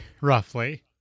roughly